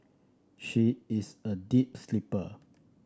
she is a deep sleeper